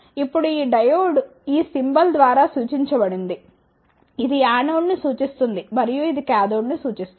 ఇప్పుడు ఈ డయోడ్ ఈ సింబల్ ద్వారా సూచించబడినది ఇది యానోడ్ను సూచిస్తుంది మరియు ఇది కాథోడ్ను సూచిస్తుంది